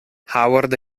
howard